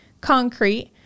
concrete